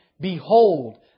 Behold